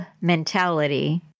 mentality